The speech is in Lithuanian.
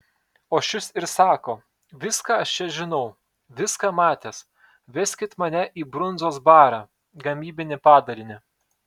o šis ir sako viską aš čia žinau viską matęs veskit mane į brundzos barą gamybinį padalinį